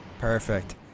Perfect